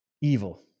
Evil